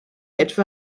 etwa